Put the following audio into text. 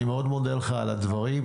אני מאוד מודה לך על הדברים.